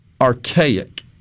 archaic